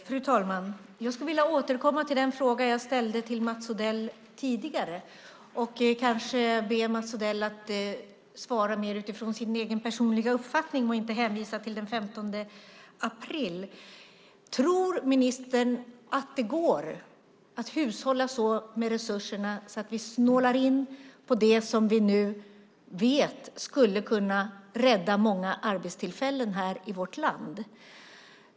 Fru talman! Jag vill återkomma till den fråga jag tidigare ställde till Mats Odell och kanske be honom svara mer utifrån sin egen personliga uppfattning och inte hänvisa till vårpropositionen den 15 april. Tror ministern att det går att hushålla så med resurserna att vi snålar in på det vi nu vet skulle kunna rädda många arbetstillfällen i vårt land?